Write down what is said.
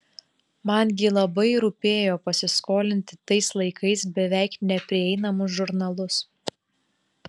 man gi labai rūpėjo pasiskolinti tais laikais beveik neprieinamus žurnalus